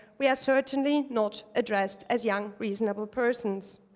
we are certainly not addressed as young, reasonable persons.